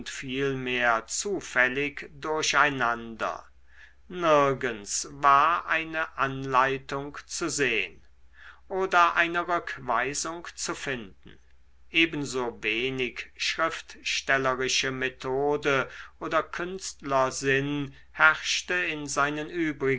vielmehr zufällig durcheinander nirgends war eine anleitung zu sehn oder eine rückweisung zu finden ebenso wenig schriftstellerische methode oder künstlersinn herrschte in seinen